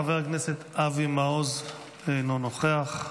חבר הכנסת אבי מעוז, אינו נוכח.